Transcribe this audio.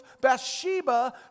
Bathsheba